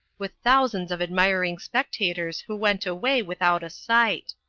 with thousands of admiring spectators who went away without a sight.